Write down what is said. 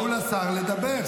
תנו לשר לדבר.